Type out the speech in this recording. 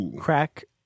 Crack